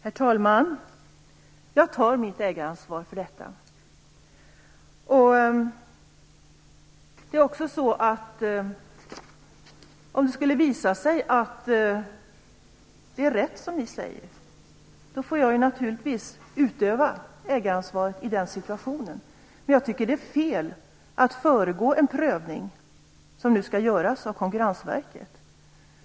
Herr talman! Jag tar mitt ägaransvar för detta. Om det skulle visa sig att det är rätt som Per Westerberg och Patrik Norinder säger får jag naturligtvis utöva ägaransvaret i den situationen. Men jag tycker att det är fel att föregå en prövning som nu skall göras av Konkurrensverket.